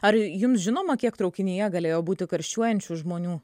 ar jums žinoma kiek traukinyje galėjo būti karščiuojančių žmonių